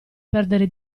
perdere